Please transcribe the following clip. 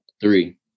three